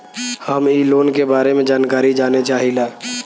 हम इ लोन के बारे मे जानकारी जाने चाहीला?